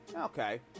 Okay